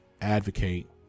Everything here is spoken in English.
advocate